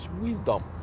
wisdom